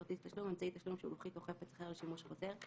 "כרטיס תשלום" אמצעי תשלום שהוא לוחית או חפץ אחר לשימוש חוזר,